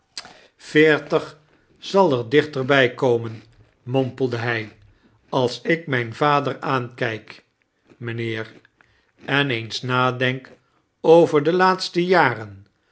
veertig zal er dichterbij komen mompelde hij als ik mijn vader aankijk mijnheer en eens niadenk over de laaiste jaren